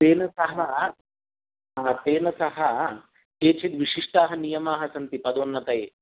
तेन सह तेन सह केचित् विशिष्टाः नियमाः सन्ति पदोन्नतये